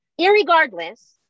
Irregardless